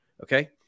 okay